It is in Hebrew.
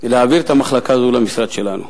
להעביר את המחלקה הזאת למשרד שלנו,